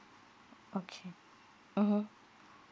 okay mmhmm